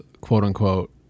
quote-unquote